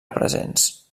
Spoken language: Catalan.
presents